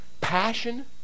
passion